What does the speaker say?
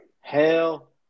Hell